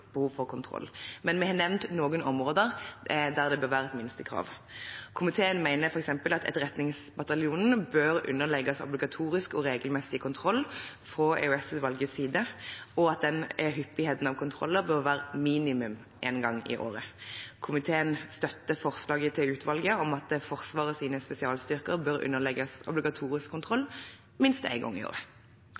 behov for kontroll. Men vi har nevnt noen områder hvor det bør være et minstekrav. Komiteen mener f.eks. at Etterretningsbataljonen bør underlegges obligatorisk og regelmessig kontroll fra EOS-utvalgets side, og at hyppigheten av kontroller bør være minimum én gang i året. Komiteen støtter utvalgets forslag om at Forsvarets spesialstyrker bør underlegges obligatorisk kontroll minst én gang i året.